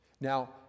Now